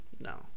No